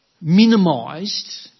minimised